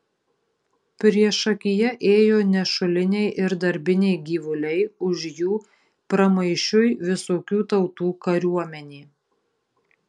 priešakyje ėjo nešuliniai ir darbiniai gyvuliai už jų pramaišiui visokių tautų kariuomenė